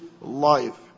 life